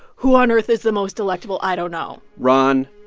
who on earth is the most electable? i don't know ron,